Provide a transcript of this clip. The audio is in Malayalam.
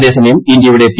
അതേസമയം ഇന്ത്യയുടെ പി